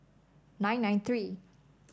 nine nine three